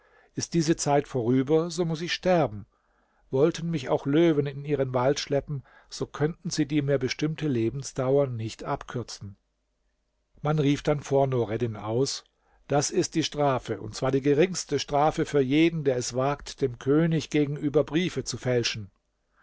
ist diese zeit vorüber so muß ich sterben wollten mich auch löwen in ihren wald schleppen so könnten sie die mir bestimmte lebensdauer nicht abkürzen man rief dann vor nureddin aus das ist die strafe und zwar die geringste strafe für jeden der es wagt dem könig gegenüber briefe zu fälschen